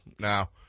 Now